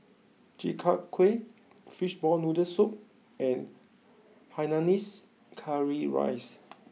Chi Kak Kuih Fishball Noodle Soup and Hainanese Curry Rice